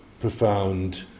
profound